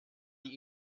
die